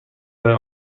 برای